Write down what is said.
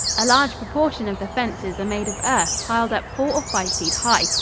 a large proportion of the fences are made of earth piled up four or five feet high,